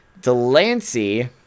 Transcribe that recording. Delancey